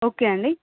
okay అండీ